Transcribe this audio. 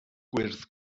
gwyrdd